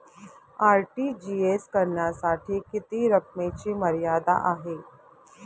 RTGS करण्यासाठी किती रकमेची मर्यादा आहे?